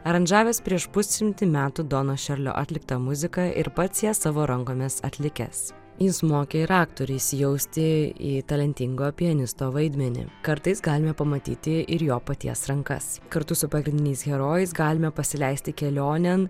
aranžavęs prieš pusšimtį metų dono šerlio atliktą muziką ir pats ją savo rankomis atlikęs jis mokė ir aktoriui įsijausti į talentingo pianisto vaidmenį kartais galima pamatyti ir jo paties rankas kartu su pagrindiniais herojais galime pasileisti kelionėn